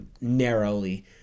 narrowly